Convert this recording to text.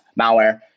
malware